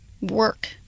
work